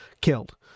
killed